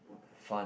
fun